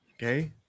Okay